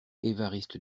évariste